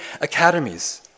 academies